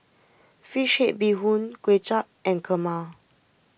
Fish Head Bee Hoon Kuay Chap and Kurma